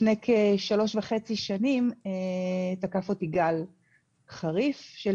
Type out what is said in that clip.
לפני כ-3.5 שנים תקף אותי גל חריף של